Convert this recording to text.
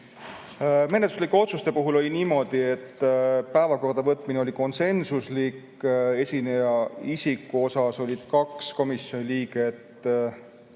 Menetluslike otsuste puhul oli niimoodi, et [eelnõu] päevakorda võtmine oli konsensuslik. Esineja isiku osas oli kaks komisjoni liiget